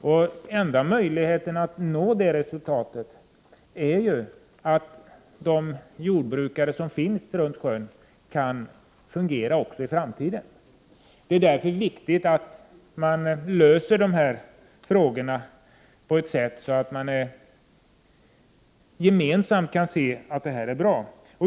Och enda möjligheten att nå det resultatet är ju att de jordbruk som finns runt sjön kan fungera också i framtiden. Det är därför viktigt att de här frågorna löses på ett sådant sätt att man gemensamt kan se att det är bra.